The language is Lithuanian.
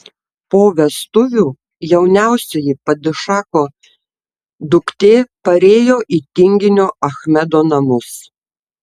po vestuvių jauniausioji padišacho duktė parėjo į tinginio achmedo namus